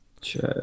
check